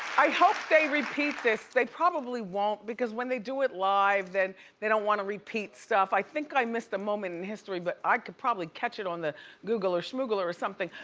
i hope they repeat this. they probably won't, because when they do it live then they don't want to repeat stuff. i think i missed the moment in history, but i could probably catch it on the google or shmoogle or something.